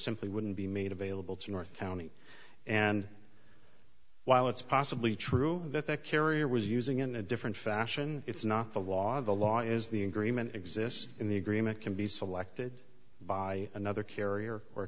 simply wouldn't be made available to north county and while it's possibly true that the carrier was using in a different fashion it's not the law the law is the agreement exists in the agreement can be selected by another carrier or